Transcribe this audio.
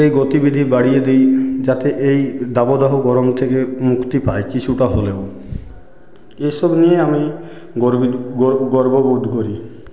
সেই গতিবিধি বাড়িয়ে দিই যাতে এই দাবদাহ গরম থেকে মুক্তি পায় কিছুটা হলেও এসব নিয়ে আমি গর্বি গর গর্ব বোধ করি